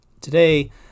today